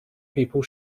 people